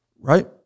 Right